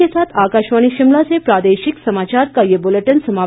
इसी के साथ आकाशवाणी शिमला से प्रादेशिक समाचार का ये बुलेटिन समाप्त हुआ